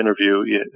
interview